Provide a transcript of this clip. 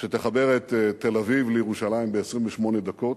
שתחבר את תל-אביב לירושלים ב-28 דקות,